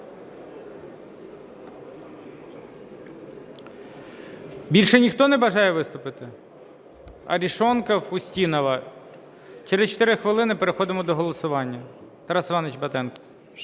Більше ніхто не бажає виступити? Арешонков, Устінова. Через 4 хвилини переходимо до голосування. Тарас Іванович Батенко.